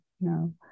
no